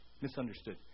misunderstood